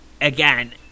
Again